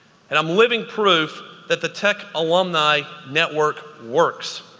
and i'm living proof that the tech alumni network works.